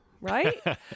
right